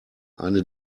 eine